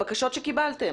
הבקשות שקיבלתם?